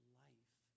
life